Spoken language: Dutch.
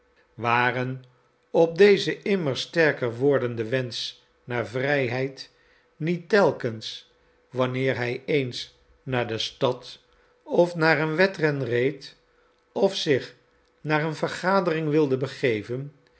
waren op dezen immer sterker wordenden wensch naar vrijheid niet telkens wanneer hij eens naar de stad of naar een wedren reed of zich naar een vergadering wilde begeven